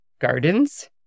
gardens